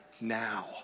now